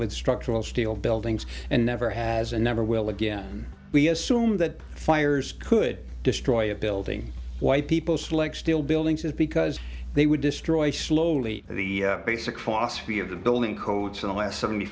with structural steel buildings and never has and never will again we assume that fires could destroy a building why people select steel buildings because they would destroy slowly the basic philosophy of the building codes for the last seventy